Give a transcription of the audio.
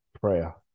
Prayer